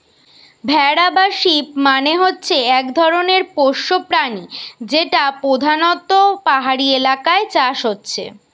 ভেড়া বা শিপ মানে হচ্ছে এক ধরণের পোষ্য প্রাণী যেটা পোধানত পাহাড়ি এলাকায় চাষ হচ্ছে